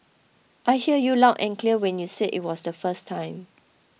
I heard you loud and clear when you said it was the first time